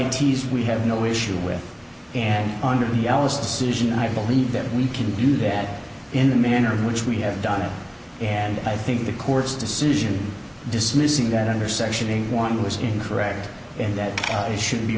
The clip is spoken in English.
eighty's we have no issue with and under the alice decision i believe that we can do that in the manner in which we have done it and i think the court's decision dismissing that under section one was incorrect and that it should